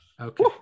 Okay